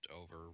over